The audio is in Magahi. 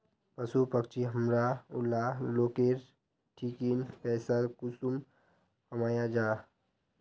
पशु पक्षी हमरा ऊला लोकेर ठिकिन पैसा कुंसम कमाया जा?